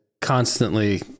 constantly